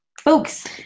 Folks